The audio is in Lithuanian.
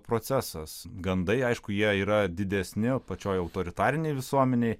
procesas gandai aišku jie yra didesni o pačioj autoritarinėj visuomenėj